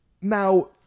now